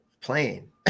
plane